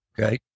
Okay